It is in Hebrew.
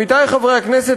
עמיתי חברי הכנסת,